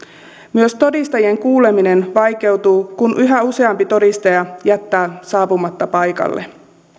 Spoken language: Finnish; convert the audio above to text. myös todistajien kuuleminen vaikeutuu kun yhä useampi todistaja jättää saapumatta paikalle